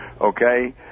Okay